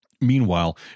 Meanwhile